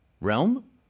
realm